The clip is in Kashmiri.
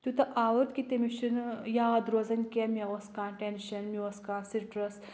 تیوٗتاہ آوُر کہِ تٔمِس چھُنہٕ یاد روزَن کینٛہہ مےٚ اوس کانٛہہ ٹؠنشَن مےٚ اوس کانٛہہ سِٹرَس